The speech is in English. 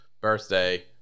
birthday